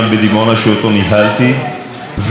שאותו ניהלתי,